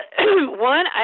One